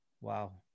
wow